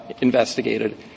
investigated